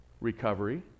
recovery